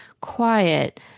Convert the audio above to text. quiet